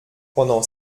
pendant